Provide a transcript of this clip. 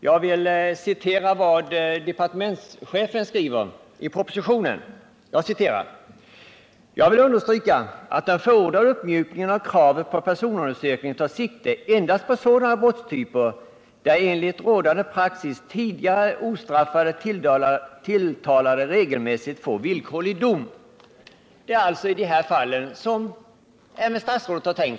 Jag vill citera vad departementschefen skriver i propositionen: ”Jag vill understryka att den förordade uppmjukningen av kravet på personundersökning tar sikte endast på sådana brottstyper där enligt rådande praxis tidigare ostraffade tilltalade regelmässigt får villkorlig dom.” Även statsrådet har alltså tänkt sig dessa fall.